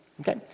Okay